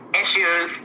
issues